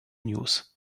news